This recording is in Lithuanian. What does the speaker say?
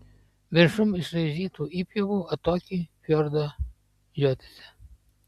viršum išraižytų įpjovų atokiai fjordo žiotyse